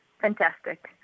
fantastic